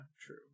true